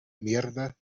mierda